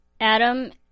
Adam